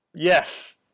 Yes